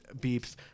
beeps